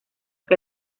que